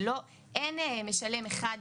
אין משלם אחד,